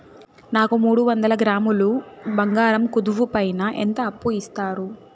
నాకు మూడు వందల గ్రాములు బంగారం కుదువు పైన ఎంత అప్పు ఇస్తారు?